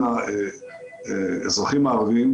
האזרחים הערביים.